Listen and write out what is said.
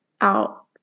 out